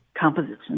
Composition